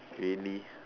really